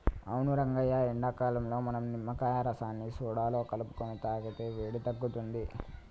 అవును రంగయ్య ఎండాకాలంలో మనం నిమ్మకాయ రసాన్ని సోడాలో కలుపుకొని తాగితే వేడి తగ్గుతుంది